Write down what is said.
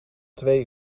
twee